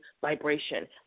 vibration